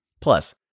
Plus